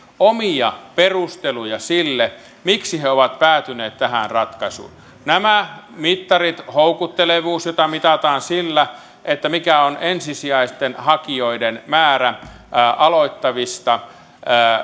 omia perusteluja sille miksi he ovat päätyneet tähän ratkaisuun he itse kertoivat että nämä mittarit houkuttelevuus jota mitataan sillä mikä on ensisijaisten hakijoiden määrä aloittavista